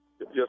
Yes